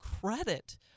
credit